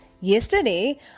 Yesterday